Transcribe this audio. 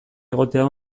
egotea